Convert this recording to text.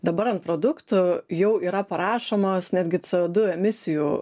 dabar ant produktų jau yra parašomos netgi dujų emisijų